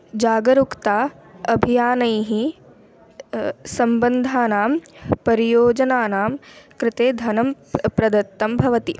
जागरूकता अभियानैः सम्बन्धानां परियोजनानां कृते धनं प् प्रदत्तं भवति